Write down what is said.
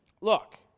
Look